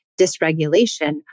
dysregulation